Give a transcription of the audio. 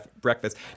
breakfast